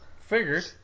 Figured